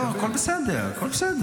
לא, הכול בסדר, הכול בסדר.